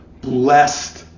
blessed